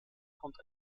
kommt